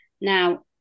Now